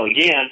again